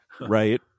Right